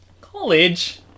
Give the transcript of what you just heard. College